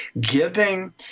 giving